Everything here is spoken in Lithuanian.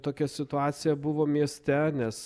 tokia situacija buvo mieste nes